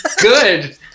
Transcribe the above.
good